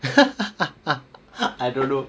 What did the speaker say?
I don't know